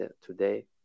today